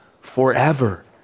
forever